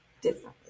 differently